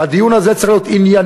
והדיון הזה צריך להיות ענייני,